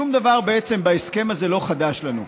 בעצם שום דבר בהסכם הזה לא חדש לנו.